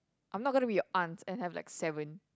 I'm not gonna be your aunt and I have like seven